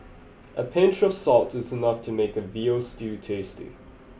a pinch of salt is enough to make a veal stew tasty